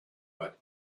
but